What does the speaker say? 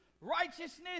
righteousness